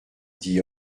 dit